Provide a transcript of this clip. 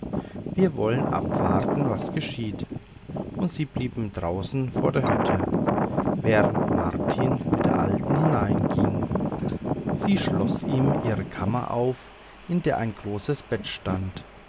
wir wollen abwarten was geschieht und sie blieben draußen vor der hütte während martin mit der alten hineinging sie schloß ihm ihre kammer auf in der ein großes bette stand